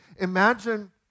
Imagine